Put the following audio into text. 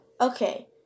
okay